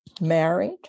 married